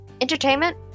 entertainment